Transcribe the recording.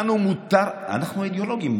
אנחנו אידיאולוגים.